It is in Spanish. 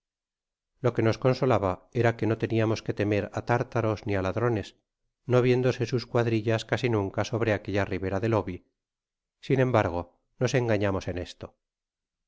lo que nos consolaba era que no teniamos que temer á tartaros ni á ladrones no viéndose sus cuadrillas casi nunca sobre aquella ribera del oby sin embargo nos engañamos en esto